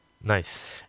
Nice